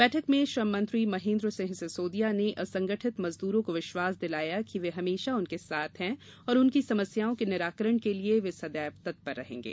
बैठक में श्रम मंत्री महेन्द्र सिंह सिसोदिया ने असंगठित मजदूरों को विश्वास दिलाया कि वे हमेशा उनके साथ हैं और उनकी समस्याओं के निराकरण के लिए वे सदैव तत्पर रहेंगे